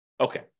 Okay